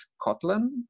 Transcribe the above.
Scotland